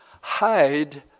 Hide